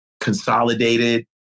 consolidated